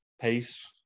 pace